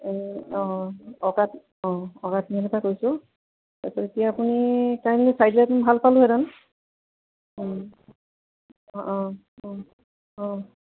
অঁ অকা অঁ অকা তিনি আলিৰ পৰা কৈছোঁ তাৰপিছত এতিয়া আপুনি কাইণ্ডলী বুলি চাই দিয়া হ'লে ভাল পালোহেঁতেন অঁ অঁ